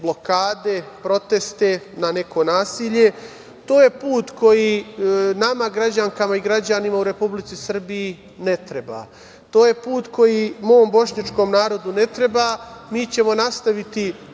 blokade, proteste, na neko nasilje. To je put koji nama građankama i građanima u Republici Srbiji ne treba. To je put koji mom bošnjačkom narodu ne treba. Mi ćemo nastaviti